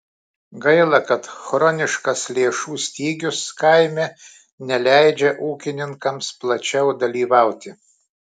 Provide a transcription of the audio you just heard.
gaila kad chroniškas lėšų stygius kaime neleidžia ūkininkams plačiau dalyvauti